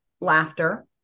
laughter